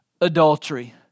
adultery